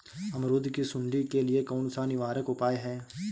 अमरूद की सुंडी के लिए कौन सा निवारक उपाय है?